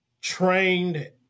trained